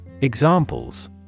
Examples